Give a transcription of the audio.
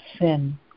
sin